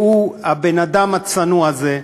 הבן-אדם הצנוע הזה,